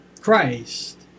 Christ